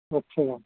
اچھا سر